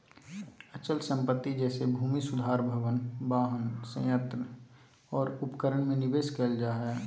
अचल संपत्ति जैसे भूमि सुधार भवन, वाहन, संयंत्र और उपकरण में निवेश कइल जा हइ